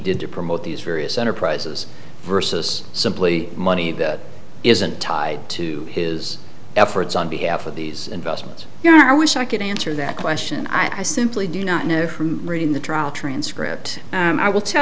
did to promote these various enterprises versus simply money that isn't tied to his efforts on behalf of these investments here and i wish i could answer that question i simply do not know from reading the trial transcript i will tell